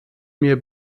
mir